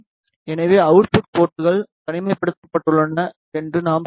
எனவே அவுட்புட் போர்ட்கள் தனிமைப்படுத்தப்பட்டுள்ளன என்று நாம் கூறலாம்